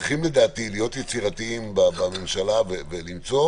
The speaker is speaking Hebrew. צריכים להיות יצירתיים בממשלה ולמצוא